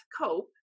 cope